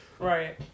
Right